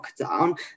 lockdown